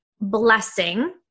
blessing